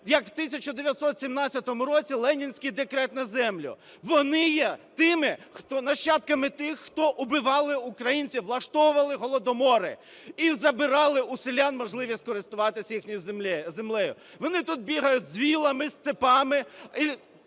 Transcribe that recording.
як в 1917 році ленінський Декрет на землю. Вони є тими, хто... нащадками тих, хто убивали українців, влаштовували Голодомори і забирали у селян можливість користуватися їхньою землею. Вони тут бігають з вилами, з цепами